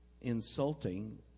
insulting